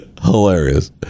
Hilarious